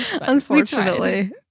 Unfortunately